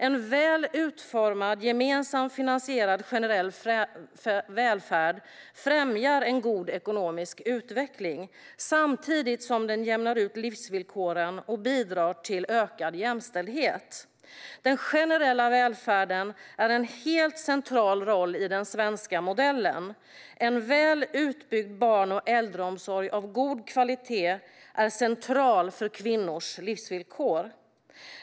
En väl utformad gemensamt finansierad generell välfärd främjar en god ekonomisk utveckling samtidigt som den jämnar ut livsvillkoren och bidrar till ökad jämställdhet. Den generella välfärden är en helt central roll i den svenska modellen. En väl utbyggd barn och äldreomsorg av god kvalitet är central för kvinnors livsvillkor.